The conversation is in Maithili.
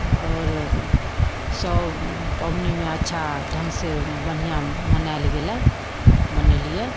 आओर सब पाबनिमे अच्छा ढंग से बढ़िऑं मनायल गेलै मनेलियै